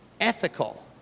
ethical